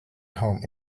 home